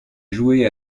joué